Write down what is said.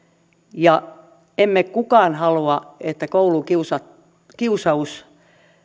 ja emme kukaan halua että koulukiusaus